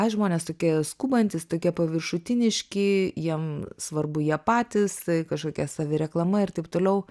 ai žmonės tokie skubantys tokie paviršutiniški jiem svarbu jie patys kažkokia savireklama ir taip toliau